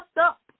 up